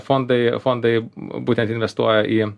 fondai fondai būtent investuoja į